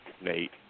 Nate